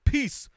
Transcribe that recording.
Peace